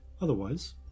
Otherwise